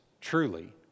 truly